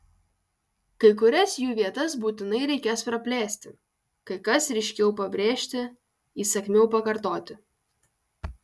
kai kurias jų vietas būtinai reikės praplėsti kai kas ryškiau pabrėžti įsakmiau pakartoti